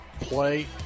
play